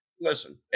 listen